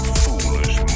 foolish